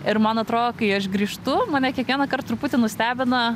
ir man atro kai aš grįžtu mane kiekvienąkart truputį nustebina